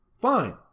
Fine